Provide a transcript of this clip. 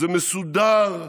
זה מסודר,